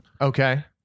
Okay